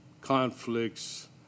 conflicts